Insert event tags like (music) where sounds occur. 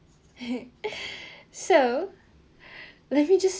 (laughs) (breath) so let me just